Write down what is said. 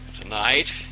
tonight